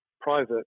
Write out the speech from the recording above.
private